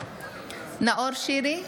נאור שירי,